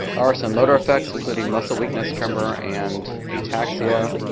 are some motor effects, including muscle weakness, tremor, and ataxia.